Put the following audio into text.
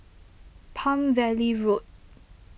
Palm Valley Road